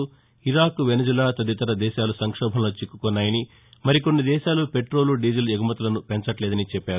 Iraq Venezuela తదితర దేశాలు సంక్షోభంలో చిక్కుకున్నాయని మరికొన్ని దేశాలు పెట్రోలు డీజిల్ ఎగుమతులను పెంచట్లేదని చెప్పారు